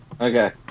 Okay